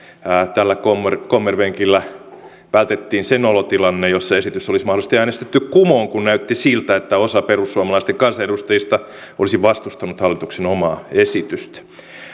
tällä kommervenkillä vältettiin se nolo tilanne jossa esitys olisi mahdollisesti äänestetty kumoon kun näytti siltä että osa perussuomalaisten kansanedustajista olisi vastustanut hallituksen omaa esitystä